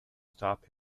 stop